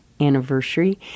anniversary